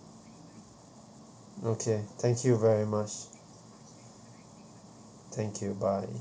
okay thank you very much thank you bye